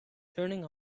turning